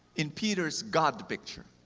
in peter's god picture.